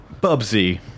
Bubsy